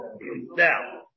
now